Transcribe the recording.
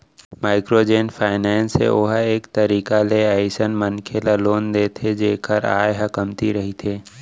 micro जेन finance हे ओहा एक तरीका ले अइसन मनखे ल लोन देथे जेखर आय ह कमती रहिथे